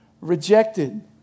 rejected